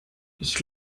ich